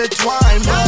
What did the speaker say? twine